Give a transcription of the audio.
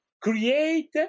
create